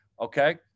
Okay